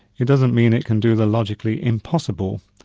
it doesn't mean it can do the logically impossible.